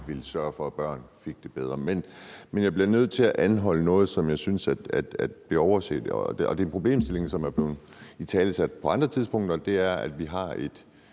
os der ville sørge for, at børn fik det bedre. Men jeg bliver nødt til at anholde noget, som jeg synes bliver overset. Det er en problemstilling, som er blevet italesat på andre tidspunkter, og det er, at vi har et